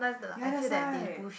ya that's why